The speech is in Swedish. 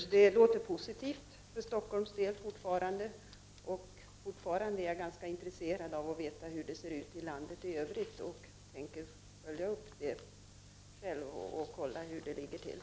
Herr talman! Det låter positivt för Stockholms del. Jag är fortfarande ganska intresserad av att få veta hur det ser ut i landet i övrigt, och jag tänker följa upp det och kontrollera hur det ligger till.